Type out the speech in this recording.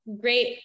great